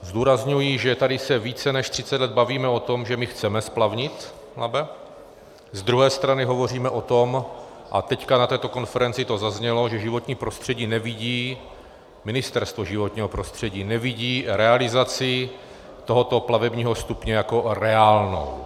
Zdůrazňuji, že tady se více než třicet let bavíme o tom, že my chceme splavnit Labe, z druhé strany hovoříme o tom a teď na této konferenci to zaznělo že životní prostředí nevidí, Ministerstvo životního prostředí nevidí realizaci tohoto plavebního stupně jako reálnou.